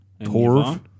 Torv